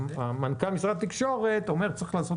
מנכ"ל משרד התקשורת אומר שצריך לעשות